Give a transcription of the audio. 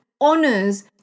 honors